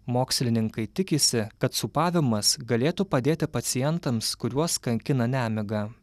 mokslininkai tikisi kad sūpavimas galėtų padėti pacientams kuriuos kankina nemiga